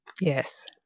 Yes